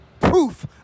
proof